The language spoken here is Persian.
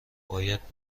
باید